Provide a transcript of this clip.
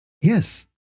Yes